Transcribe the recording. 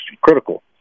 critical